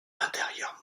intérieure